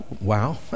wow